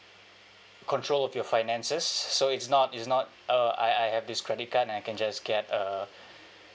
control of your finances so it's not it's not uh I I have this credit card I can just get a